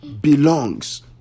belongs